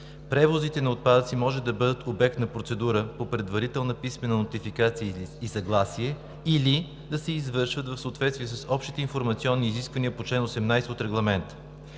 превозите на отпадъци може да бъдат обект на процедура по предварителна писмена нотификация и съгласие или да се извършват в съответствие с общите информационни изисквания по чл. 18 от Регламента.